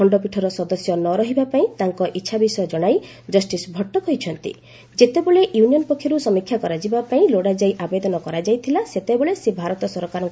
ଖଣ୍ଡପୀଠର ସଦସ୍ୟ ନ ରହିବା ପାଇଁ ତାଙ୍କ ଇଚ୍ଛା ବିଷୟ ଜଣାଇ ଜଷ୍ଟିସ୍ ଭଟ୍ କହିଛନ୍ତି ଯେତେବେଳେ ୟୁନିୟନ୍ ପକ୍ଷରୁ ସମୀକ୍ଷା କରାଯିବାପାଇଁ ଲୋଡ଼ାଯାଇ ଆବେଦନ କରାଯାଇଥିଲା ସେତେବେଳେ ସେ ଭାରତ ସରକାରଙ୍କ ତରଫର୍ ଲଢ଼ିଥିଲେ